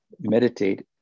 meditate